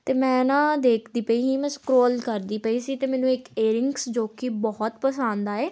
ਅਤੇ ਮੈਂ ਨਾ ਦੇਖਦੀ ਪਈ ਸੀ ਮੈਂ ਸਕਰੋਲ ਕਰਦੀ ਪਈ ਸੀ ਅਤੇ ਮੈਨੂੰ ਇੱਕ ਏਅਰਿੰਗਸ ਜੋ ਕਿ ਬਹੁਤ ਪਸੰਦ ਆਏ